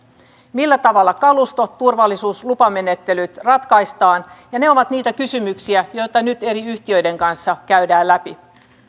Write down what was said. millä tavalla kalusto turvallisuus ja lupamenettelyt ratkaistaan ja ne ovat niitä kysymyksiä joita nyt eri yhtiöiden kanssa käydään läpi